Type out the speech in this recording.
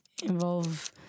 envolve